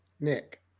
Nick